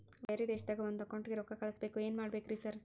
ಬ್ಯಾರೆ ದೇಶದಾಗ ಒಂದ್ ಅಕೌಂಟ್ ಗೆ ರೊಕ್ಕಾ ಕಳ್ಸ್ ಬೇಕು ಏನ್ ಮಾಡ್ಬೇಕ್ರಿ ಸರ್?